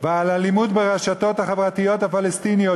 ועל האלימות ברשתות החברתיות הפלסטיניות